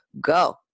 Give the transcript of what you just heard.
go